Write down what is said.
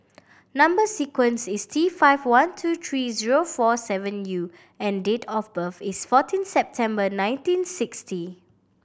number sequence is T five one two three zero four seven U and date of birth is fourteen September nineteen sixty